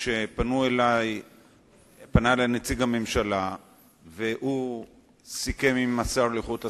משפנה אלי נציג הממשלה והוא סיכם עם השר לאיכות הסביבה,